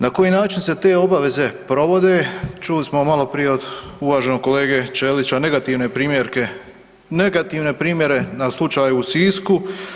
Na koji način se te obaveze provode čuli smo maloprije od uvaženog kolege Ćelića, negativne primjerke, negativne primjere na slučaju u Sisku.